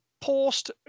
post